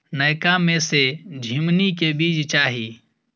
नयका में से झीमनी के बीज चाही?